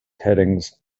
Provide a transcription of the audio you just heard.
headings